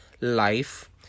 life